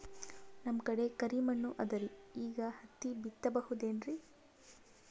ನಮ್ ಕಡೆ ಕರಿ ಮಣ್ಣು ಅದರಿ, ಈಗ ಹತ್ತಿ ಬಿತ್ತಬಹುದು ಏನ್ರೀ?